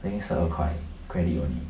I think 十二块 credit only